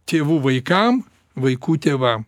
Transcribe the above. tėvų vaikam vaikų tėvam